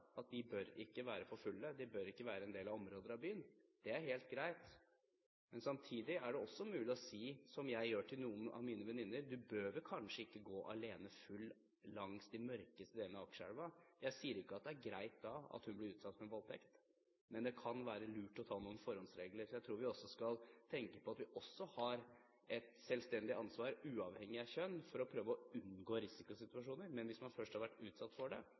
at de ikke bør være for fulle, og de bør ikke være i en del områder av byen. Det er helt greit. Samtidig er det også mulig å si, som jeg gjør til noen av mine venninner, at de kanskje ikke bør gå alene, og fulle, langs de mørkeste delene av Akerselva. Jeg sier ikke at det da er greit at de blir utsatt for en voldtekt, men det kan være lurt å ta noen forholdsregler. Jeg tror vi skal tenke på at vi også har et selvstendig ansvar, uavhengig av kjønn, for å prøve å unngå risikosituasjoner. Men hvis man først har vært utsatt for det,